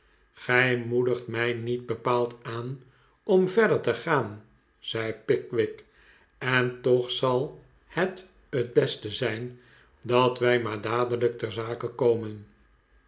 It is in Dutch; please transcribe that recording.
gij moedigt mij niet bepaald aan om verder te gaan zei pickwick eh toch zal het t beste zijn dat wij maar dadelijk ter zake komen